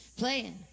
Playing